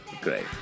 Great